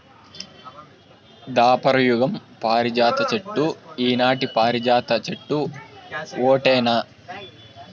దాపర యుగం పారిజాత చెట్టు ఈనాటి పారిజాత చెట్టు ఓటేనా